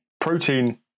protein